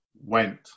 went